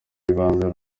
y’ibanze